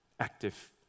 active